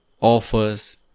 offers